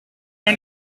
man